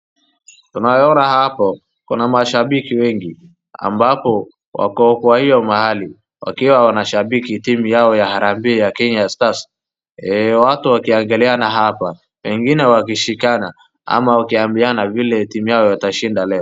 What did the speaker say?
Tunayo ona hapo kuna mashabiki wengi .Ambapo wako kwa hiyo mahali wakiwa wanashabiki timu yao Harambe Kenya Star. Watu wakiangaliana hapa wengine wakishikana ama wakiambiana vile timu yao atashida leo.